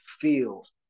feels